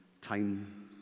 time